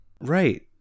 Right